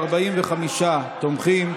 45 תומכים,